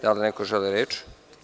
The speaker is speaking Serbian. Da li neko želi reč?